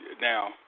now